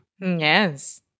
Yes